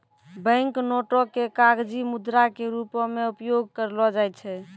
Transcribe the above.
bank नोटो के कागजी मुद्रा के रूपो मे उपयोग करलो जाय छै